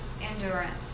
endurance